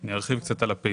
אני ארחיב קצת על הפעילות.